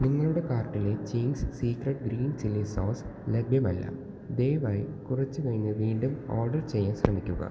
നിങ്ങളുടെ കാർട്ടിലെ Ching's secret green chilli sauce ലഭ്യമല്ല ദയവായി കുറച്ചു കഴിഞ്ഞ് വീണ്ടും ഓർഡർ ചെയ്യാൻ ശ്രമിക്കുക